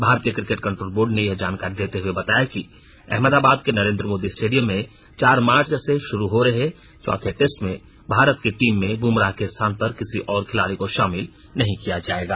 भारतीय cricket control board ने यह जानकारी देते हुए बताया कि अहमदाबाद के नरेन्द्र मोदी स्टेडियम में चार मार्च से शुरू हो रहे चौथे टेस्ट में भारत की टीम में बुमराह के स्थान पर किसी और खिलाड़ी को शामिल नहीं किया जाएगा